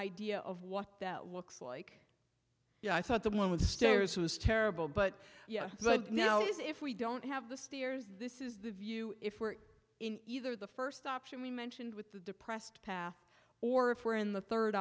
idea of what that looks like you know i thought the one with the stairs was terrible but yeah but no if we don't have the stairs this is the view if we're in either the first option we mentioned with the depressed path or if we're in the third